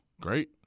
Great